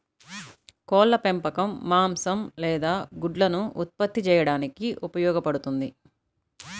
కోళ్ల పెంపకం మాంసం లేదా గుడ్లను ఉత్పత్తి చేయడానికి ఉపయోగపడుతుంది